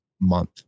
month